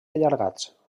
allargats